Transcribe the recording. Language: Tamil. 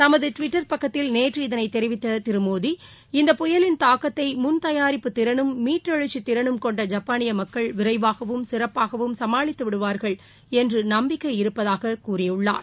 தமது டுவிட்டர் பக்கத்தில் நேற்று இதனை தெரிவித்த திரு மோடி இந்த புயலின் தாக்கத்தை முன்தயாரிப்பு திறனும் மீட்டெழுச்சி திறனும் கொண்ட ஜப்பாளிய மக்கள் விரைவாகவும் சிறப்பாகவும் சமாளித்துவிடுவார்கள் என்ற நம்பிக்கை தமக்கு இருப்பதாக தெரிவித்தார்